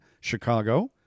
Chicago